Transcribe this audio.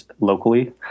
locally